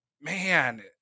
man